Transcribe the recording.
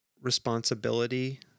responsibility